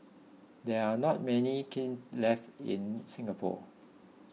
there are not many kilns left in Singapore